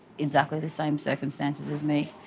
exactly the same circumstances as me.